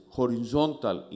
horizontal